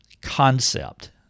concept